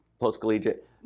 post-collegiate